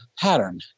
pattern